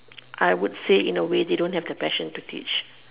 I would say in a way they don't have the passion to teach